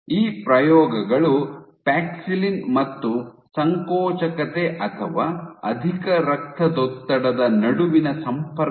ಈ ಪ್ರಯೋಗಗಳು ಪ್ಯಾಕ್ಸಿಲಿನ್ ಮತ್ತು ಸಂಕೋಚಕತೆ ಅಥವಾ ಅಧಿಕ ರಕ್ತದೊತ್ತಡದ ನಡುವಿನ ಸಂಪರ್ಕವನ್ನು ಸೂಚಿಸುತ್ತವೆ